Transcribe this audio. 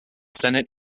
senate